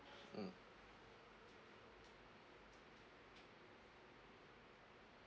mm